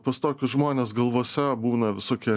pas tokius žmones galvose būna visokie